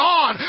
on